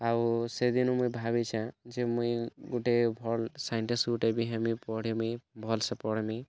ଆଉ ସେ ଦିନୁ ମୁଁ ଭାବୁଛେଁ ଯେ ମୁଇଁ ଗୋଟେ ଭଲ୍ ସାଇଣ୍ଟିଷ୍ଟ ଗୋଟେ ବି ହେବି ପଢିମି ଭଲ୍ସେ ପଢ଼ମି